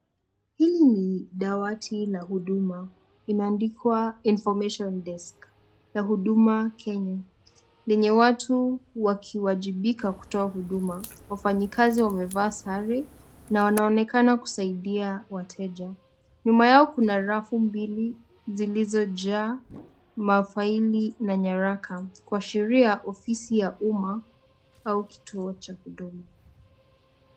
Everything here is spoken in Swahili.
Hili ni dawati la huduma imeandikwa Information Desk ya huduma Kenya lenye watu wakiwajibika kutoa huduma, wafanyikazi wamevaa sare na wanaonekana kusaidia wateja. Nyuma yao kuna rafu mbili zilizojaa mafaili na nyaraka kuashiria ofisi ya umma au kituo cha huduma.